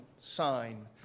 sign